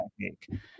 technique